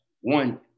one